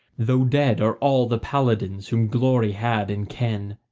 though dead are all the paladins whom glory had in ken,